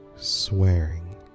swearing